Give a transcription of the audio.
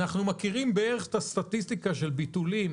אנחנו מכירים בערך את הסטטיסטיקה של ביטולים